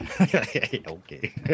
Okay